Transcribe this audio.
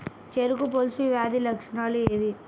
చెరుకు పొలుసు వ్యాధి లక్షణాలు ఏవి?